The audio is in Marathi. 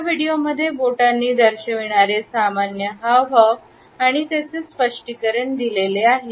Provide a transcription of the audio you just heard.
या व्हिडिओमध्ये बोटांनी दर्शविणारे सामान्य हावभाव आणि त्याचे स्पष्टीकरण दिलेले आहे